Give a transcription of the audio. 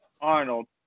Arnold